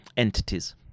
Entities